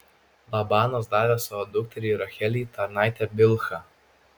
labanas davė savo dukteriai rachelei tarnaitę bilhą